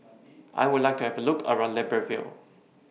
I Would like to Have A Look around Libreville